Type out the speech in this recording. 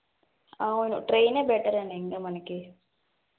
అవును ట్రైనే బెటర్ ఆండీ ఇంక మనకి